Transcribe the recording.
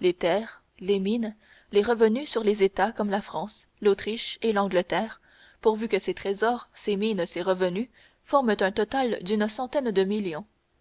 les terres les mines les revenus sur des états comme la france l'autriche et l'angleterre pourvu que ces trésors ces mines ces revenus forment un total d'une centaine de millions